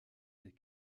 des